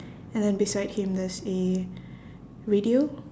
and then beside him there's a radio